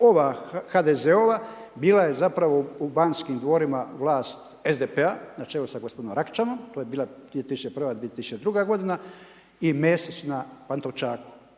ova HDZ-ova, bila je zapravo u Banskim dvorima vlast SDP-a na čelu sa gospodinom Račanom, to je bila 2001., 2002. godina i Mesić na Pantovčaku.